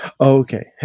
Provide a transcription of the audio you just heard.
Okay